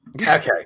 Okay